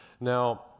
Now